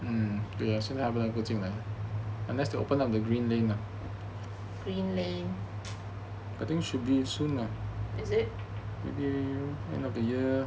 green lane is it